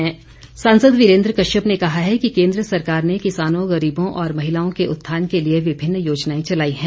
वीरेन्द्र कश्यप सांसद वीरेन्द्र कश्यप ने कहा है कि केन्द्र सरकार ने किसानों गरीबों और महिलाओं के उत्थान के लिए विभिन्न योजनाएं चलाई हैं